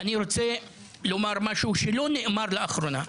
אני רוצה לומר משהו שלא נאמר לאחרונה,